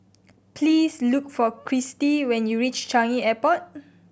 please look for Kirstie when you reach Changi Airport